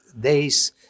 days